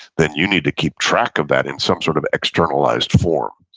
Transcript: then you need to keep track of that in some sort of externalized form.